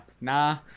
Nah